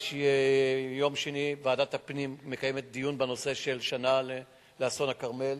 ביום שני ועדת הפנים מקיימת דיון בנושא: שנה לאסון הכרמל.